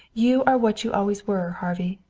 you are what you always were, harvey.